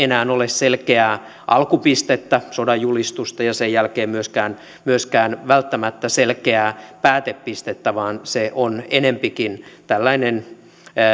ei välttämättä enää ole selkeää alkupistettä sodanjulistusta eikä sen jälkeen myöskään myöskään välttämättä selkeää päätepistettä vaan se on enempikin tällainen